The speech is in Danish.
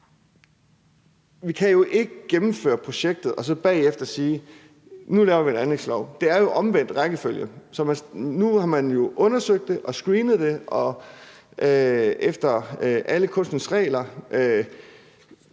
Vi kan jo ikke gennemføre projektet og så bagefter sige: Nu laver vi en anlægslov. Man gør det jo i omvendt rækkefølge. Nu har man undersøgt det og screenet det efter alle kunstens regler